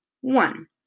One